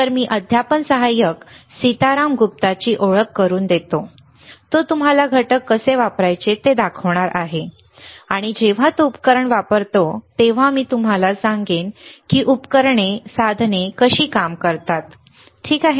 तर मी अध्यापन सहाय्यक सीताराम गुप्ताची ओळख करून देतो तो तुम्हाला घटक कसे वापरायचे ते दाखवणार आहे आणि जेव्हा तो उपकरण वापरत आहे तेव्हा मी तुम्हाला सांगेन की उपकरणे साधने कशी काम करतात ठीक आहे